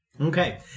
Okay